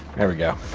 there we go.